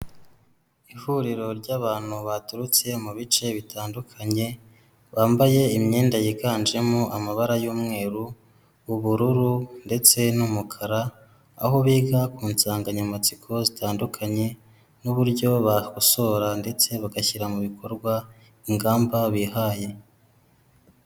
Ihuriro ry'abantu baturutse mu bice bitandukanye bambaye imyenda yiganjemo amabara y'umweru, ubururu ndetse n'umukara, aho biga ku nsanganyamatsiko zitandukanye n'uburyo bakosora ndetse bagashyira mu bikorwa ingamba bihaye.